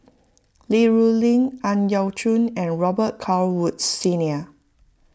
Li Rulin Ang Yau Choon and Robet Carr Woods Senior